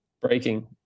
breaking